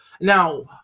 Now